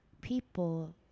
people